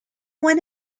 one